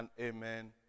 amen